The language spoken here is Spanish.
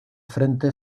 frente